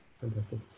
Fantastic